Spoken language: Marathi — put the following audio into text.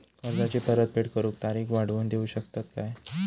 कर्जाची परत फेड करूक तारीख वाढवून देऊ शकतत काय?